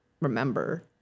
remember